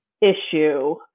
Issue